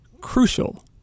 crucial